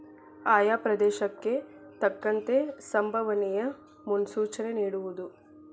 ಆಯಾ ಪ್ರದೇಶಕ್ಕೆ ತಕ್ಕಂತೆ ಸಂಬವನಿಯ ಮುನ್ಸೂಚನೆ ನಿಡುವುದು